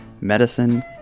medicine